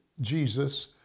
Jesus